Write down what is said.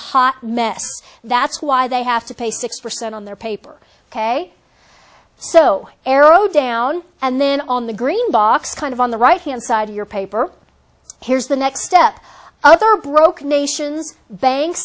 mess that's why they have to pay six percent on their paper ok so arrow down and then on the green box kind of on the right hand side of your paper here's the next step other broke nation's banks